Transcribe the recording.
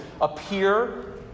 appear